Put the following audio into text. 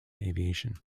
aviation